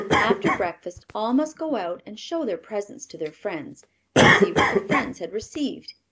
after breakfast all must go out and show their presents to their friends and see what the friends had received.